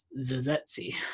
Zazetzi